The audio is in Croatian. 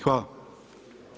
Hvala.